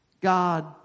God